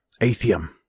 Atheum